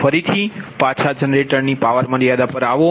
ફરીથી પાછા જનરેટરની પાવર મર્યાદા પર આવો